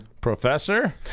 professor